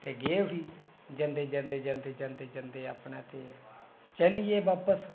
ते गे उठी जंदे जंदे जंदे अपना ते चली गे बापिस